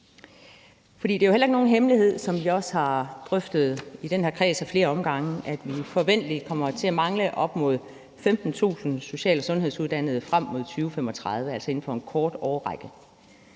det er jo heller ikke nogen hemmelighed, som vi også har drøftet i den her kreds ad flere omgange, at vi forventeligt kommer til at mangle op mod 15.000 social- og sundhedsuddannede frem mod 2035, altså inden for en kort årrække.